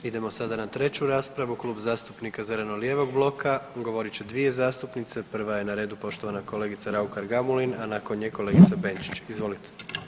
Idemo sada na 3. raspravu, Klub zastupnika zeleno-lijevog bloka, govorit će dvije zastupnice, prva je na redu poštovana kolegica Raukar Gamulin, a nakon nje kolegica Benčić, izvolite.